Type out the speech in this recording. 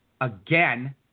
again